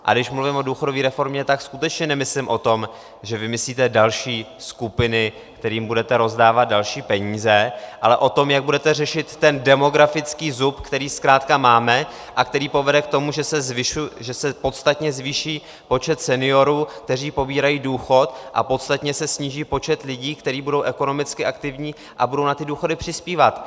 A když mluvím o důchodové reformě, tak skutečně nemyslím to, že vymyslíte další skupiny, kterým budete rozdávat další peníze, ale to, jak budete řešit ten demografický zub, který zkrátka máme a který povede k tomu, že se podstatně zvýší počet seniorů, kteří pobírají důchod, a podstatně se sníží počet lidí, kteří budou ekonomicky aktivní a budou na důchody přispívat.